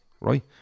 right